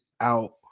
out